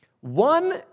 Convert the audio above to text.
One